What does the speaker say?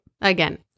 Again